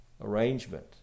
arrangement